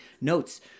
notes